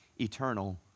eternal